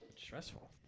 stressful